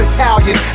Italian